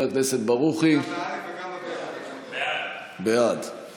ההצעה להעביר את הנושא לוועדת החוץ